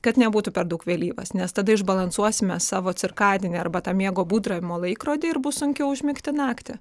kad nebūtų per daug vėlyvas nes tada išbalansuosime savo cirkadinį arba tą miego būdravimo laikrodį ir bus sunkiau užmigti naktį